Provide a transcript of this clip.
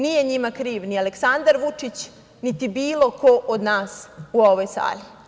Nije njima kriv ni Aleksandar Vučić, niti bilo ko od nas u ovoj sali.